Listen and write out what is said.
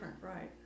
right